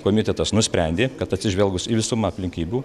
komitetas nusprendė kad atsižvelgus į visumą aplinkybių